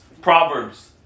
Proverbs